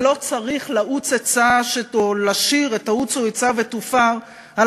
ולא צריך לעוץ עצה או לשיר את ה"עוצו עצה ותופר" על